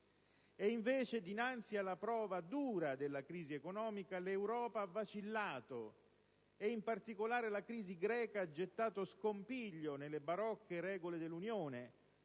E invece, dinanzi alla prova dura della crisi economica, l'Europa ha vacillato e in particolare la crisi greca ha gettato scompiglio nelle barocche regole dell'Unione,